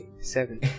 Seven